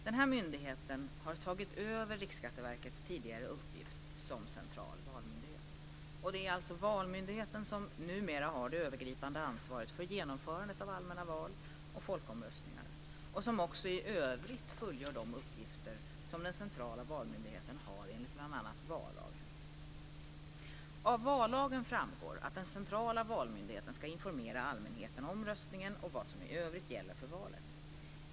Denna myndighet har tagit över RSV:s tidigare uppgift som central valmyndighet. Det är alltså Valmyndigheten som numera har det övergripande ansvaret för genomförandet av allmänna val och folkomröstningar och som också i övrigt fullgör de uppgifter som den centrala valmyndigheten har enligt bl.a. vallagen . Av vallagen framgår att den centrala valmyndigheten ska informera allmänheten om röstningen och vad som i övrigt gäller för valet.